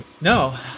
no